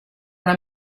una